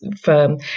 firm